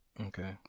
Okay